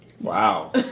Wow